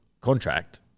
contract